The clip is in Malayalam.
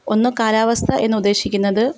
ഒന്ന് കാലാവസ്ഥ എന്ന് ഉദ്ദേശിക്കുന്നത്